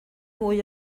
mwy